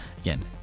again